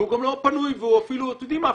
והוא גם לא פנוי ואתם יודעים מה?